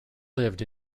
lived